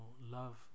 love